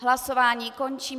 Hlasování končím.